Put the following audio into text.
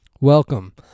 welcome